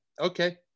Okay